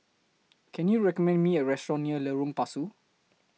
Can YOU recommend Me A Restaurant near Lorong Pasu